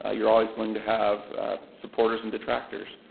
ah you're always going to have supporters and detractors.